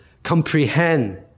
Comprehend